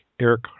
Eric